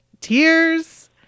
tears